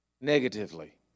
negatively